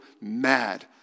mad